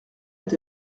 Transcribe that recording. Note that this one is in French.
est